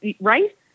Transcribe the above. Right